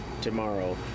tomorrow